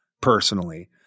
personally